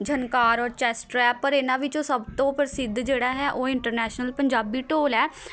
ਝਣਕਾਰ ਔਰਚੈਂਸਟਾ ਪਰ ਇਨ੍ਹਾਂ ਵਿੱਚੋਂ ਸਭ ਤੋਂ ਪ੍ਰਸਿੱਧ ਜਿਹੜਾ ਹੈ ਉਹ ਇੰਟਰਨੈਸ਼ਨਲ ਪੰਜਾਬੀ ਢੋਲ ਹੈ